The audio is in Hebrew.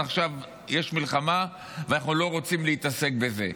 עכשיו יש מלחמה ואנחנו לא רוצים להתעסק בזה,